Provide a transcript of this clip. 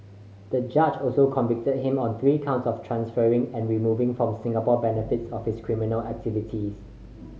the judge also convicted him on three counts of transferring and removing from Singapore benefits of his criminal activities